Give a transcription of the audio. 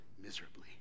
miserably